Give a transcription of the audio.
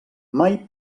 mai